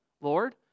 Lord